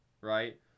Right